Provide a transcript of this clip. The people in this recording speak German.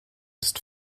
ist